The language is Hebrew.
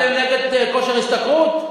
אתם נגד כושר השתכרות?